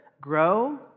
Grow